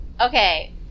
okay